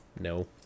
no